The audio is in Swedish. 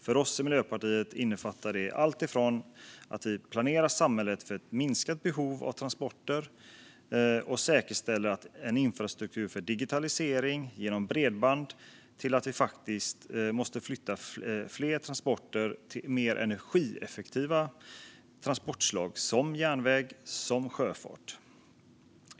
För oss i Miljöpartiet innefattar det alltifrån att vi planerar samhället för minskat behov av transporter och säkerställer en infrastruktur för digitalisering genom bredband till att vi faktiskt måste flytta fler transporter till mer energieffektiva transportslag som järnväg och sjöfart.